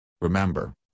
Remember